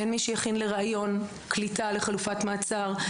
אין מי שיכין לראיון קליטה לחלופת מעצר.